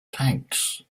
tanks